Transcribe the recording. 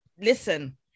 Listen